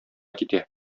китә